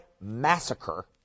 massacre